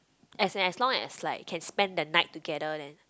as as long as like can spend the night together then